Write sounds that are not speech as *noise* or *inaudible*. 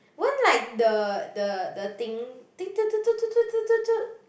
won't like the the the thing *noise*